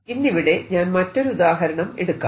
ഇന്നിവിടെ ഞാൻ മറ്റൊരു ഉദാഹരണം എടുക്കാം